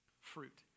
fruit